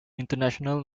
international